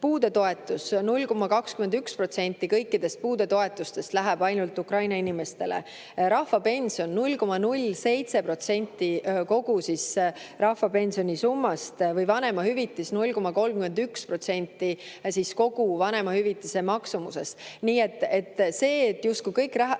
Puudetoetus – ainult 0,21% kõikidest puudetoetustest läheb Ukraina inimestele. Rahvapension – 0,07% kogu rahvapensioni summast. Või vanemahüvitis – 0,31% kogu vanemahüvitise maksumusest. Nii et see, justkui kõik raha